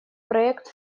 проект